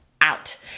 out